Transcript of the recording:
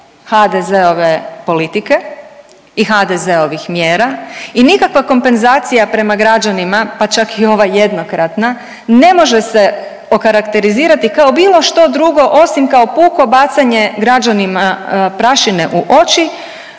HDZ-ove politike i HDZ-ovih mjera i nikakva kompenzacija prema građanima pa čak i ova jednokratna ne može se okarakterizirati kao bilo što drugo osim kao puko bacanje građanima prašine u oči